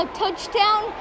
touchdown